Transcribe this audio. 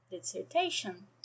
dissertation